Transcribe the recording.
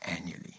annually